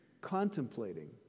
contemplating